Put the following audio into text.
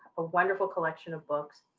a wonderful collection of books.